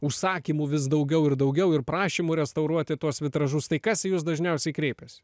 užsakymų vis daugiau ir daugiau ir prašymų restauruoti tuos vitražus tai kas į jus dažniausiai kreipiasi